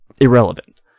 irrelevant